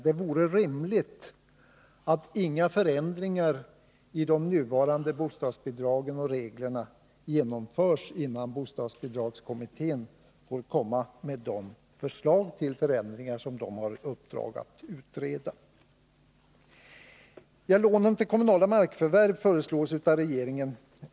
Det vore rimligt att inga förändringar i de nuvarande bostadsbidragen och reglerna genomfördes, innan bostadsbidragskommittén får komma med de förslag till ändringar som den har i uppdrag att utreda. Regeringen föreslår att lånen till kommunala markförvärv helt avvecklas.